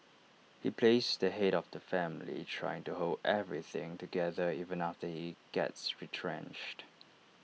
he plays the Head of the family trying to hold everything together even after he gets retrenched